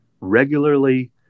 regularly